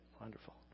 wonderful